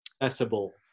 accessible